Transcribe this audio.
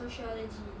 sociology